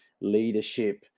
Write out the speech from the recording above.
leadership